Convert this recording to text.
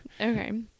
Okay